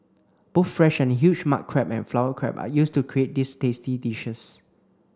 both fresh and huge mud crab and flower crab are used to create these tasty dishes